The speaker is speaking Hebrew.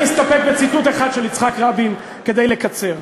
אני אסתפק בציטוט אחד של יצחק רבין כדי לקצר,